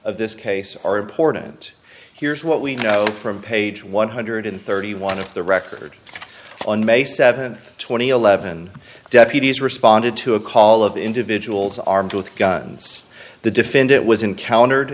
of this case are important here's what we know from page one hundred and thirty one of the record on may th two thousand and eleven deputies responded to a call of individuals armed with guns the defendant was encountered